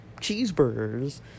cheeseburgers